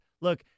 look